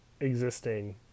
existing